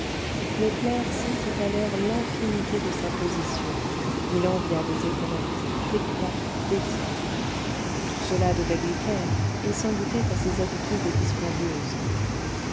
le clerc sentit alors l'infimité de sa position il envia des épaulettes des croix des titres tout cela devait lui plaire il s'en doutait à ses habitudes dispendieuses